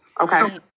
Okay